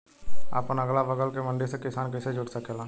अपने अगला बगल के मंडी से किसान कइसे जुड़ सकेला?